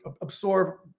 absorb